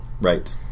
Right